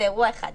זה אירוע אחד,